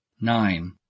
Nine